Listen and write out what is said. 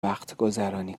وقتگذرانی